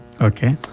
Okay